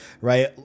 right